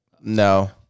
No